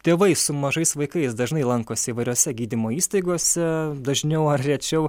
tėvai su mažais vaikais dažnai lankosi įvairiose gydymo įstaigose dažniau ar rečiau